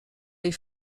les